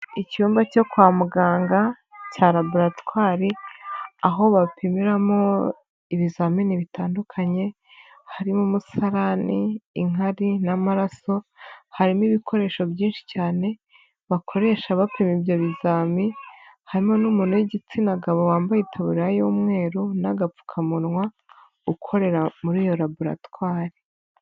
Icyumba cyo kwa muganga cya laboratwari aho bapimiramo ibizamini bitandukanye, harimo umusarani, inkari n'amaraso harimo ibikoresho byinshi cyane bakoresha bapima ibyo bizami, harimo n'umuntu w'igitsina gabo wambaye itaburiya y'umweru n'agapfukamunwa ukorera muri laboratwari.